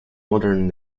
modern